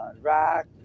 rock